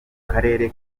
karere